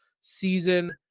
season